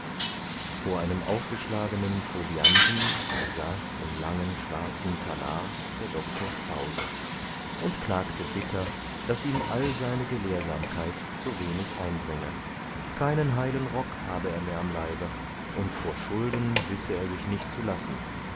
vor einem aufgeschlagenen folianten saß im langen schwarzen talar der doktor faust und klagte bitter daß ihm all seine gelehrsamkeit so wenig einbringe keinen heilen rock habe er mehr am leibe und vor schulden wisse er sich nicht zu lassen